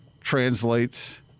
translates